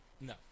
No